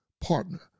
partner